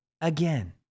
again